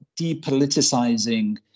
depoliticizing